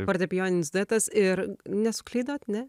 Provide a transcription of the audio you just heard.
fortepijoninis duetas ir nesuklydot ne